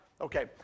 Okay